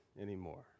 anymore